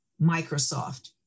Microsoft